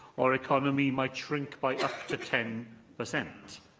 our economy might shrink by up to ten per cent.